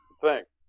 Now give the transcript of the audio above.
Thanks